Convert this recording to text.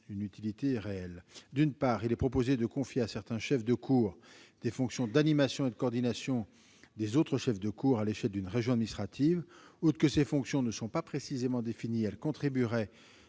une utilité réelle